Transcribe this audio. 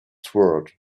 sword